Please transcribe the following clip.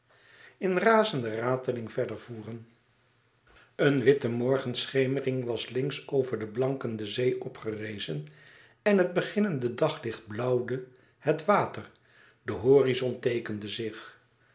in zijn razende rateling verder voeren een witte morgenschemering was links over de blankende zee opgerezen en het beginnende daglicht blauwde het water de horizon teekende zich